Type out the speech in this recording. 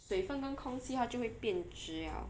水分跟空气它就会变质 liao